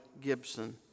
Gibson